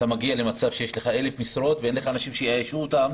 מגיע למצב של 1,000 משרות ואין לך אנשים שיאיישו אותם